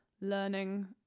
learning